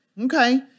Okay